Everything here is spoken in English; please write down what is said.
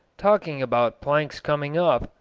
talking about planks coming up,